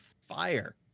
fire